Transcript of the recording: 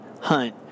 hunt